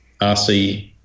RC